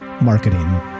marketing